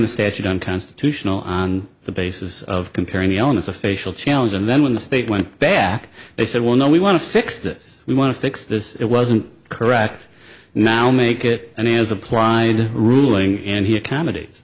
the statute unconstitutional on the basis of comparing the onus of facial challenge and then when the state went back they said well no we want to fix this we want to fix this it wasn't correct now make it an as applied ruling and he accommodates